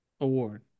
award